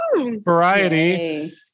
variety